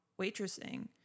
waitressing